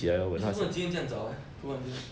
为什么你今天这样早 leh 突然间